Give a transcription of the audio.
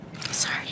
sorry